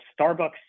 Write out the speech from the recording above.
starbucks